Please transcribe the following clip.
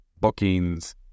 bookings